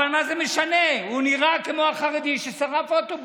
אבל מה זה משנה, הוא נראה כמו החרדי ששרף אוטובוס,